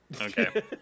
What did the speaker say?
Okay